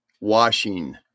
washing